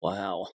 Wow